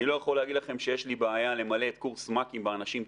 אני לא יכול להגיד לכם שיש לי בעיה למלא את קורס מ"כים באנשים טובים,